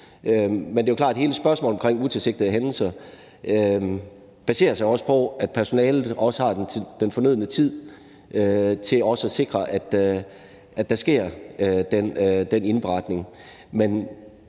Det er jo klart, at hele beretningen af utilsigtede hændelser også baserer sig på, at personalet har den fornødne tid til at sikre, at der sker den indberetning.